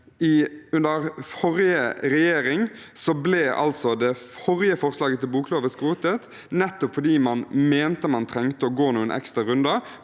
under forrige regjering ble det forrige forslaget til boklov skrotet nettopp fordi man mente man trengte å gå noen ekstra runder